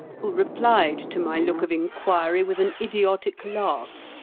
who replied to my look of inquiry with an idiotic laugh,